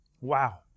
wow